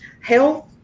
health